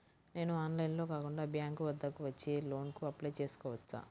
నేను ఆన్లైన్లో కాకుండా బ్యాంక్ వద్దకు వచ్చి లోన్ కు అప్లై చేసుకోవచ్చా?